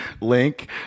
link